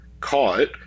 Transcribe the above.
caught